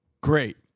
Great